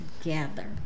together